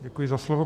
Děkuji za slovo.